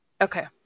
Okay